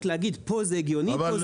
להגיד פה זה הגיוני פה זה לא הגיוני.